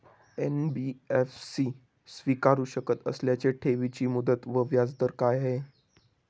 NBFC स्वीकारु शकत असलेल्या ठेवीची मुदत व व्याजदर काय आहे?